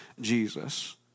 Jesus